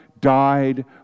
died